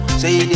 say